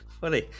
funny